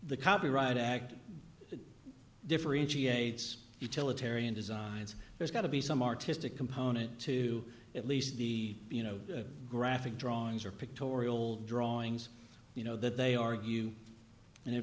the copyright act differentiates utilitarian designs there's got to be some artistic component to at least the you know graphic drawings or pictorial drawings you know that they argue and in